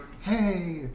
Hey